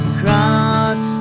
cross